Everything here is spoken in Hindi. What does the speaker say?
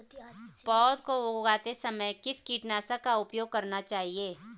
पौध को उगाते समय किस कीटनाशक का प्रयोग करना चाहिये?